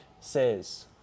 says